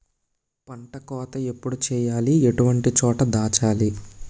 పంట కోత ఎప్పుడు చేయాలి? ఎటువంటి చోట దాచాలి?